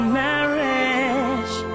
marriage